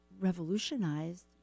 revolutionized